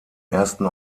ersten